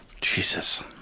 Jesus